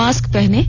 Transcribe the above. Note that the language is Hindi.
मास्क पहनें